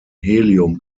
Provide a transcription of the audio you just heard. helium